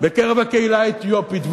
בקרב הקהילה האתיופית,